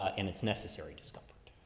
and it's necessary discomfort.